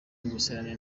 imisarane